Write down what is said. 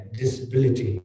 disability